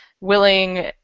willing